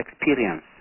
experience